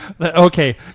Okay